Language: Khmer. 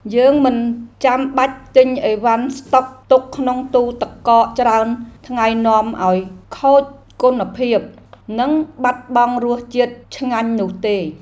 យើងមិនចាំបាច់ទិញអីវ៉ាន់ស្តុកទុកក្នុងទូទឹកកកច្រើនថ្ងៃនាំឱ្យខូចគុណភាព និងបាត់បង់រសជាតិឆ្ងាញ់នោះទេ។